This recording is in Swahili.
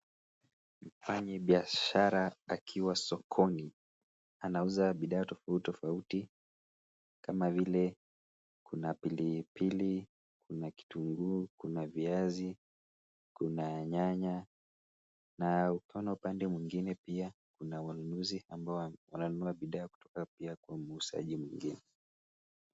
Mfanyibiashara akiwa sokoni anauza bidhaa tofauti tofauti kama vile kuna pilipili, kuna kitunguu kuna viazi kuna nyanya. Na tunaona upande mwingine pia kuna wananuzi ambao wananunua bidhaa kutoka pia kwa muuzaji mwingine.